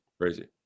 crazy